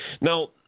Now